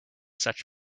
such